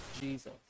Jesus